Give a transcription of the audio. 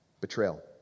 Betrayal